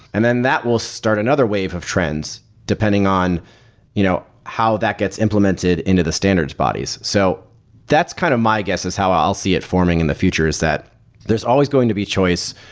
and then that will start another wave of trends depending on you know how that gets implemented into the standards bodies. so that's kind of my guess is how i'll see it forming in the future, is that there's always going to be choice.